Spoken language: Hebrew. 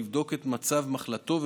לבדוק את מצב מחלתו,